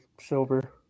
silver